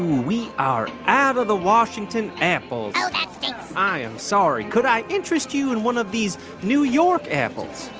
we are out of the washington apples oh, that stinks i am sorry. could i interest you in one of these new york apples?